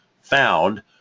found